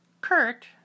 Kurt